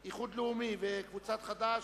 מי נגד?